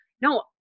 No